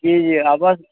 जी जी अवश्य